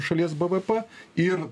šalies bvp ir